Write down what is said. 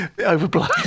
Overblown